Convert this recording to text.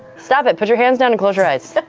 stop it. put your hands down and close your eyes.